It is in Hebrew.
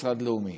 משרד לאומי.